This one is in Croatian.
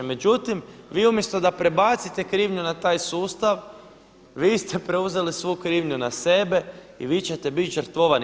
Međutim, vi umjesto da prebacite krivnju na taj sustav vi ste preuzeli svu krivnju na sebe i vi ćete biti žrtvovani.